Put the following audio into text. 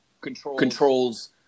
controls